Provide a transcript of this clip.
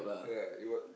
yeah it wa~